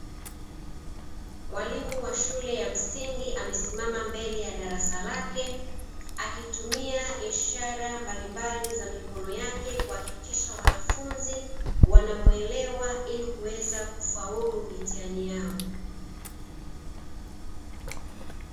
Mwalimu wa shule ya msingi amesimama mbele ya darasa lake, akitumia ishara mbalimbali za mikono yake kuhakikisha wanafunzi wanamwelewa ili kuweze kufaulu mitihani yao.